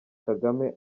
kagame